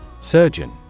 Surgeon